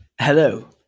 Hello